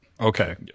Okay